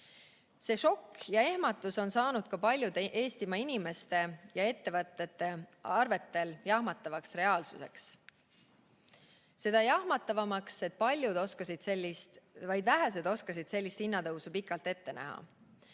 See šokk ja ehmatus on saanud ka paljude Eestimaa inimeste ja ettevõtjate arvetel jahmatavaks reaalsuseks. Seda jahmatavamaks, et vaid vähesed oskasid sellist hinnatõusu pikalt ette näha.